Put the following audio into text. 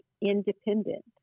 independent